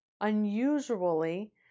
unusually